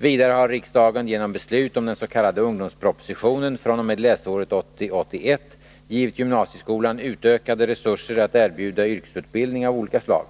Vidare har riksdagen genom beslut om den s.k. ungdomspropositionen fr.o.m. läsåret 1980/81 givit gymnasieskolan utökade resurser att erbjuda yrkesutbildning av olika slag.